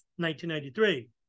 1993